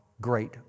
great